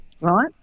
Right